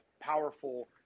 powerful